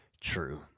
true